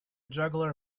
juggler